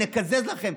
נקזז לכם,